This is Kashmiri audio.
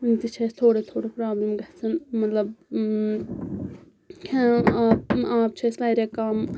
ؤنہِ تہِ چھ اَسہِ تھوڑا تھوڑا پرابلِم گَژھان مطلب کھؠن آب چھ اَسہِ واریاہ کَم